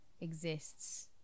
exists